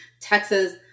Texas